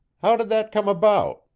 how did that come about?